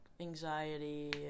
anxiety